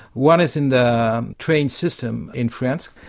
one is in the train system in france.